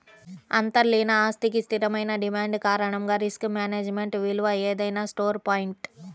అంతర్లీన ఆస్తికి స్థిరమైన డిమాండ్ కారణంగా రిస్క్ మేనేజ్మెంట్ విలువ ఏదైనా స్టోర్ పాయింట్